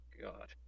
god